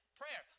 prayer